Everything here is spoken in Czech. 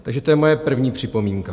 Takže to je moje první připomínka.